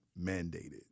mandated